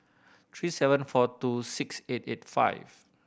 three seven four two six eight eight five